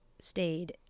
stayed